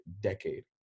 decade